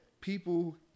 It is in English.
People